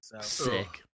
Sick